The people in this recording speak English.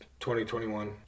2021